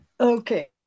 okay